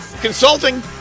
Consulting